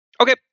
okay